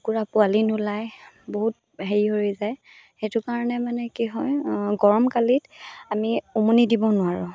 কুকুৰা পোৱালি নোলায় বহুত হেৰি হৈ যায় সেইটো কাৰণে মানে কি হয় গৰমকালিত আমি উমনি দিব নোৱাৰোঁ